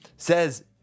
Says